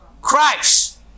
Christ